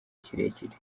kirekire